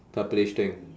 purplish thing